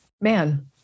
man